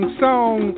song